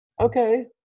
okay